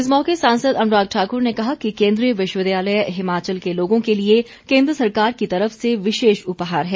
इस मौके सांसद अनुराग ठाकुर ने कहा कि केन्द्रीय विश्वविद्यालय हिमाचल के लोगों के लिए केन्द्र सरकार की तरफ से विशेष उपहार है